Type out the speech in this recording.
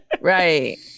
Right